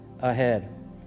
ahead